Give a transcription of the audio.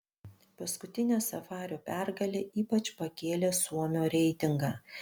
paskutinė safario pergalė ypač pakėlė suomio reitingą